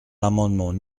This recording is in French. l’amendement